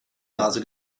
nase